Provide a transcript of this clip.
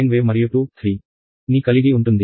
ని కలిగి ఉంటుంది